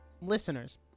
listeners